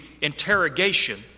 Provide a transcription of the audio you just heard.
interrogation